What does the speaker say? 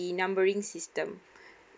numbering system